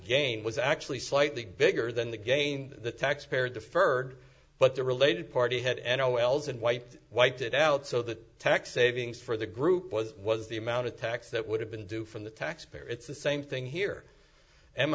gain was actually slightly bigger than the gain the tax payer deferred but the related party had n o l's and wiped wiped it out so that tax savings for the group was was the amount of tax that would have been due from the taxpayer it's the same thing here m